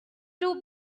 two